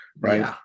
right